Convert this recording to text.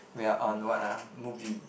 we are on what ah movie